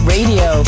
Radio